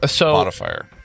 modifier